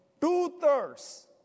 two-thirds